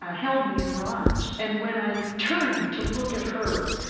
held me in her arms. and when i turned to look at her,